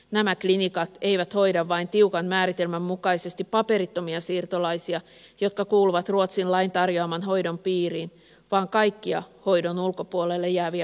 nämä klinikat eivät hoida vain tiukan määritelmän mukaisesti paperittomia siirtolaisia jotka kuuluvat ruotsin lain tarjoaman hoidon piiriin vaan kaikkia hoidon ulkopuolelle jääviä ulkomaalaisia